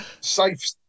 safe